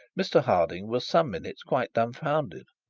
mr harding was some minutes quite dumbfounded,